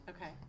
Okay